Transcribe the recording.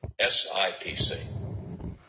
SIPC